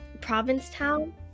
Provincetown